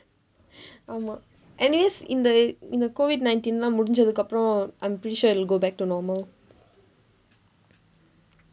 ஆமா:aamaa anyways இந்த இந்த:indtha indtha COVID nineteen எல்லாம் முடிந்ததற்கு அப்புறம்:ellaam mudindthatharku appuram I'm pretty sure it'll go back to normal